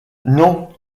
non